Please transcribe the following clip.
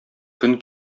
көн